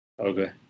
Okay